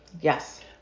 Yes